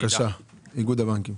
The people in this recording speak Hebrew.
בבקשה, איגוד הבנקים.